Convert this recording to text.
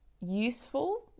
useful